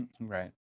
Right